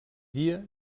dia